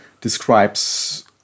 describes